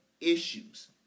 issues